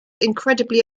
incredibly